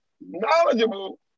knowledgeable